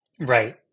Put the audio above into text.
Right